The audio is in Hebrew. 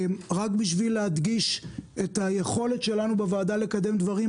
רק בשביל להדגיש את היכולת שלנו בוועדה לקדם דברים,